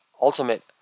ultimate